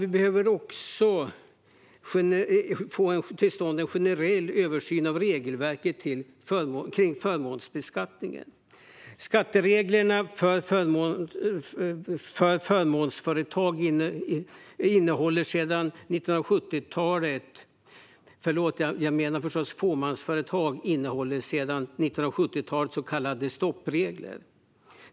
Vi behöver också få till stånd en generell översyn av regelverket kring förmånsbeskattningen. Skattereglerna för fåmansföretag innehåller sedan 1970-talet så kallade stoppregler.